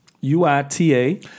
U-I-T-A